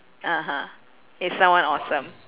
(uh huh) it's someone awesome